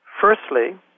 Firstly